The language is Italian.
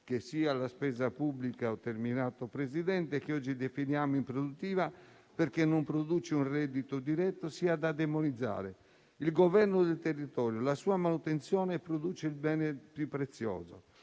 che sia la spesa pubblica, che oggi definiamo improduttiva perché non produce un reddito diretto, sia da demonizzare. Il governo del territorio e la sua manutenzione producono il bene più prezioso: